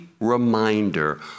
reminder